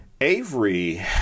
Avery